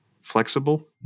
flexible